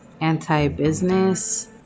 anti-business